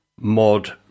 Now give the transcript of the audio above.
mod